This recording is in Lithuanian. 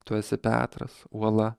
tu esi petras uola